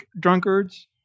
drunkards